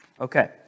Okay